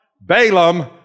Balaam